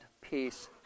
peace